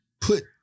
put